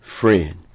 friend